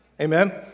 Amen